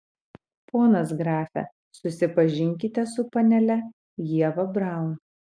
ponas grafe susipažinkite su panele ieva braun